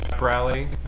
rally